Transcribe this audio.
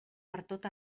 pertot